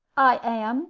i am